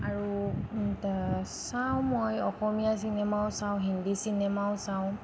আৰু চাওঁ মই অসমীয়া চিনেমাও চাওঁ হিন্দী চিনেমাও চাওঁ